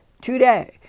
today